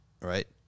Right